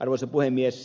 arvoisa puhemies